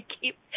keep